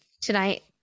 Tonight